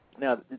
Now